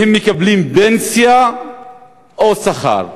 והם מקבלים פנסיה או שכר.